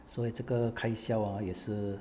所以这个开销 ah 也是